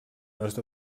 most